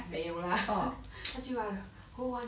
没有啦他就 ask who want